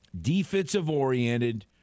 defensive-oriented